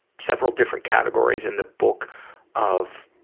several different categories in the book of,